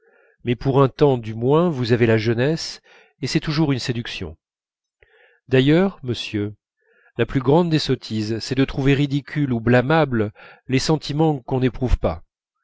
mais pour un temps du moins vous avez la jeunesse et c'est toujours une séduction d'ailleurs monsieur la plus grande des sottises c'est de trouver ridicules ou blâmables les sentiments qu'on n'éprouve pas